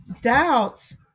doubts